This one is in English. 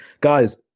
Guys